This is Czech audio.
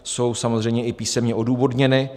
Jsou samozřejmě i písemně odůvodněny.